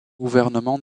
gouvernement